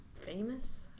famous